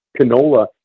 canola